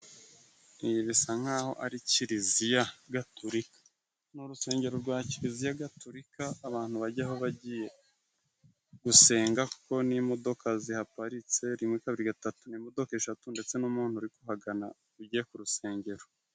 Ibi bisa nkaho ari Kiliziya Gatolika. Ni urusengero rwa Kiliziya Gatolika, abantu bajyaho bagiye gusenga, kuko n'imodoka zihaparitse rimwe kabiri gatatu, ni imodoka eshatu ndetse n'umuntu uri kuhagana ugiye ku rusengero.